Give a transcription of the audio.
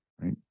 right